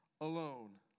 alone